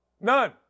None